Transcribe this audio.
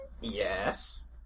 Yes